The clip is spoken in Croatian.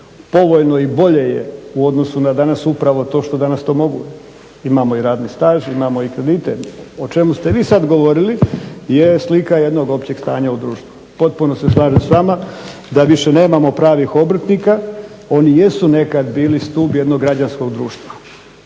Povoljno i bolje je u odnosu na danas upravo to što danas to mogu – imamo i radni staž, imamo i kredite. O čemu ste vi sad govorili je slika jednog općeg stanja u društvu. Potpuno se slažem s vama da više nemamo pravih obrtnika. Oni jesu nekad bili stup jednog građanskog društva.